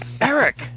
Eric